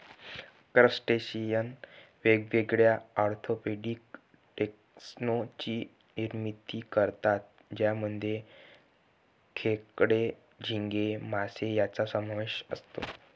crustacean वेगवेगळ्या orthopaedic taxon ची निर्मिती करतात ज्यामध्ये खेकडे, झिंगे, मासे यांचा समावेश असतो